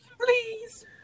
please